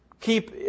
keep